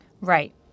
Right